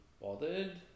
bothered